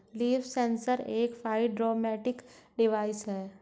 leaf sensor एक phytometric device है